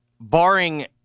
barring